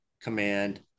command